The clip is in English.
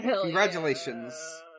Congratulations